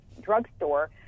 drugstore